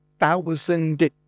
Thousand